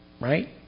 right